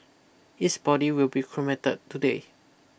his body will be cremated today